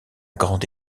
grande